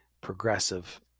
progressive